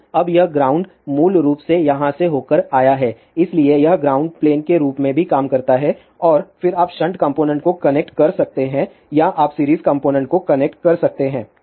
तो अब यह ग्राउंड मूल रूप से यहाँ से होकर आया है इसलिए यह ग्राउंड प्लेन के रूप में भी काम करता है और फिर आप शंट कॉम्पोनेन्ट को कनेक्ट कर सकते हैं या आप सीरीज कॉम्पोनेन्ट को कनेक्ट कर सकते हैं